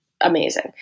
amazing